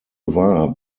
war